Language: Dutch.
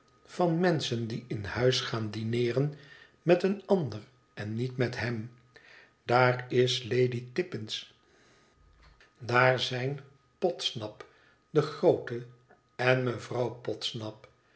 van menschen die in huis gaan dineeren met een ander en niet met hem daar is lady tippins daar zijn podsnap de groote en mevrouw podsnap